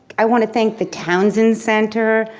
i want to thank the townsend center,